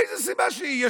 איזו סיבה שהיא,